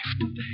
today